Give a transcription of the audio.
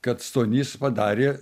kad stonys padarė